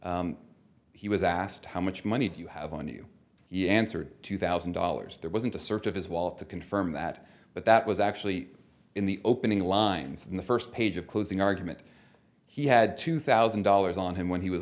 being he was asked how much money do you have on you you answered two thousand dollars there wasn't a search of his wallet to confirm that but that was actually in the opening lines in the first page of closing argument he had two thousand dollars on him when he was